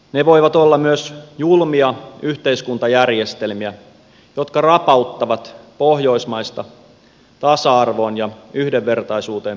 ne voivat olla myös julmia yhteiskuntajärjestelmiä jotka rapauttavat pohjoismaista tasa arvoon ja yhdenvertaisuuteen perustuvaa mallia